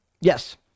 yes